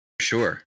sure